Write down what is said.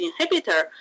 inhibitor